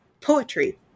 poetry